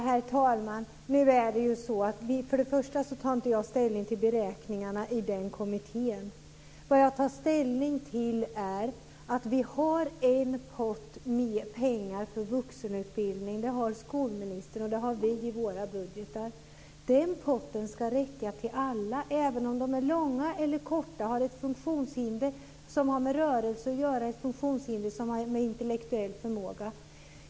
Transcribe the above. Herr talman! För det första tar jag inte ställning till beräkningarna i kommittén. Vad jag tar ställning till är att vi har en pott med pengar för vuxenutbildning. Det har skolministern, och det har vi i våra budgetar. Den potten ska räcka till alla även om de är långa eller korta, har ett funktionshinder som har med rörelse att göra eller ett funktionshinder som gäller intellektuell förmåga.